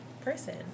person